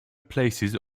places